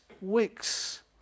weeks